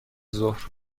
ظهر